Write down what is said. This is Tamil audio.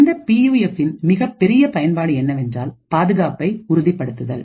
இந்த பியுஎஃபின் மிகப்பெரிய பயன்பாடு என்னவென்றால் பாதுகாப்பை உறுதிப்படுத்துதல்